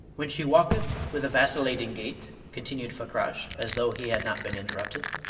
when she walketh with a vacillating gait, continued fakrash, as though he had not been interrupted,